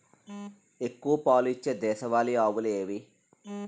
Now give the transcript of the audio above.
ఎక్కువ పాలు ఇచ్చే దేశవాళీ ఆవులు ఏవి?